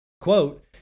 Quote